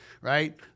right